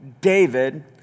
David